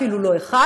אפילו לא אחד,